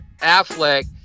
Affleck